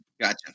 Gotcha